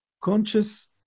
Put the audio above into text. conscious